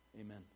Amen